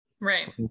right